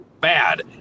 bad